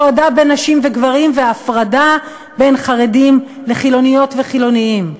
הפרדה בין נשים וגברים והפרדה בין חרדים לחילוניות וחילונים.